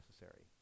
necessary